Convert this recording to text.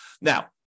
Now